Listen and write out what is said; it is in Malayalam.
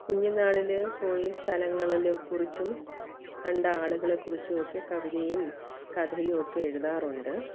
കുഞ്ഞുനാളിൽ പോയ സ്ഥലങ്ങളിലെക്കുറിച്ചും കണ്ട ആളുകളെക്കുറിച്ചും ഒക്കെ കവിതയും കഥയും ഒക്കെ എഴുതാറുണ്ട്